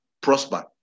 prosper